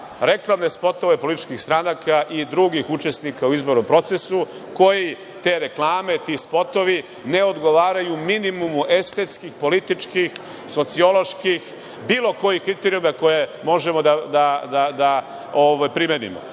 reklamne spotove političkih stranaka i drugih učesnika u izbornom procesu koji te reklame, ti spotovi, ne odgovaraju minimumu estetskih, političkih, socioloških, bilo kojih kriterijuma koje možemo da primenimo.